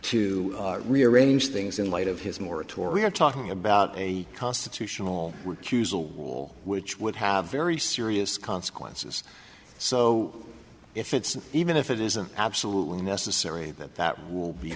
to rearrange the in light of his more tour we are talking about a constitutional we're cuse a wall which would have very serious consequences so if it's even if it isn't absolutely necessary that that will be